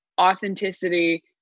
authenticity